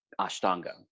ashtanga